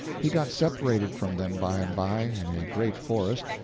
he got separated from them by and by, in a great forest,